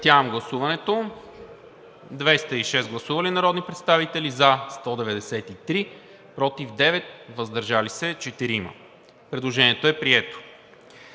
Предложението е прието.